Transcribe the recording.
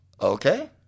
Okay